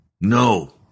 no